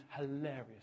hilarious